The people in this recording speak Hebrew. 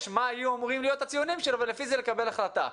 מה יהיו הציונים שלו ולפי זה לקבל החלטה.